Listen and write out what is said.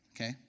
Okay